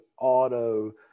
auto